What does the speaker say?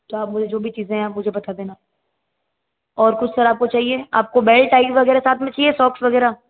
तो आप मुझे जो भी चीज़ें हैं आप मुझे बता देना और कुछ सर आपको चाहिए आपको बेल्ट टाई वगैरह साथ में चाहिए सोक्स वगैरह